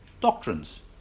doctrines